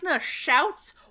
shouts